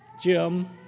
Jim